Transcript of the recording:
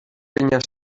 penya